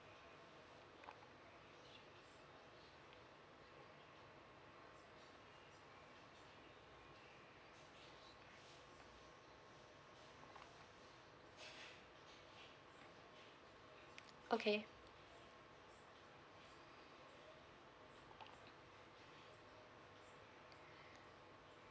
okay